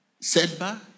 setback